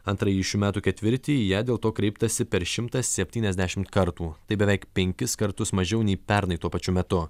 antrąjį šių metų ketvirtį į ją dėl to kreiptasi per šimtą septyniasdešim kartų tai beveik penkis kartus mažiau nei pernai tuo pačiu metu